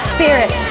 Spirit